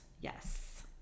yes